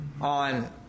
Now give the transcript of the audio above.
on